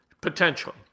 potentially